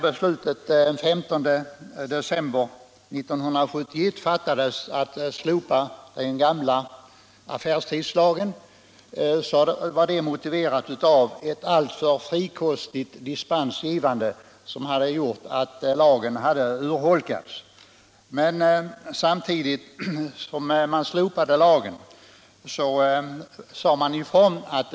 Beslutet att slopa den gamla affärstidslagen fattades den 15 december 1971.